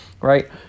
right